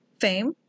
fame